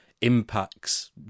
impacts